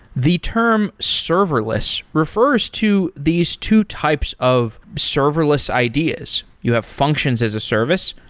the term serverless refers to these two types of serverless ideas. you have functions as a service,